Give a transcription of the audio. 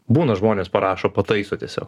būna žmonės parašo pataiso tiesiog